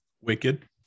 Wicked